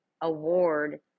award